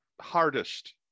hardest